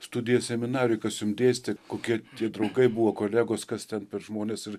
studijas seminarijoj kas jum dėstė kokie tie draugai buvo kolegos kas ten per žmonės ir